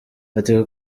ati